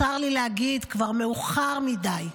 צר לי להגיד, כבר מאוחר מדי.